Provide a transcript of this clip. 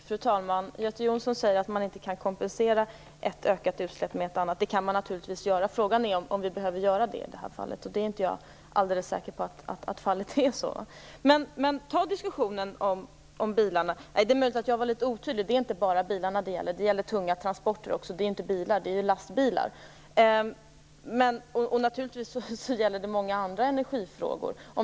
Fru talman! Göte Jonsson säger att man inte kan kompensera ett ökat utsläpp med ett annat, men det kan man naturligtvis göra. Frågan är om det behövs i det här fallet. Jag är inte alldeles säker på att så är fallet. I diskussionen om bilarna är det möjligt att jag var litet otydlig. Det är inte bara bilarna det gäller utan också tunga transporter. Det handlar då inte om bilar utan om lastbilar. Naturligtvis handlar det om många andra energifrågor.